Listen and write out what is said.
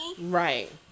Right